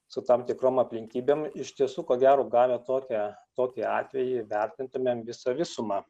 su tam tikrom aplinkybėm iš tiesų ko gero gavę tokią tokį atvejį vertintumėm visą visumą